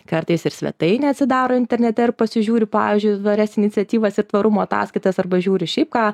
kartais ir svetainę atsidaro internete ir pasižiūri pavyzdžiui tvarias iniciatyvas ir tvarumo ataskaitas arba žiūri šiaip ką